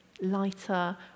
lighter